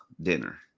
dinner